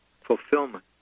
fulfillment